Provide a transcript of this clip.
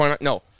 No